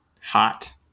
hot